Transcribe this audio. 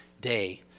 day